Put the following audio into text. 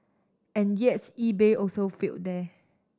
and yet eBay also failed there